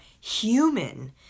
human